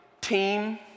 team